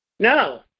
No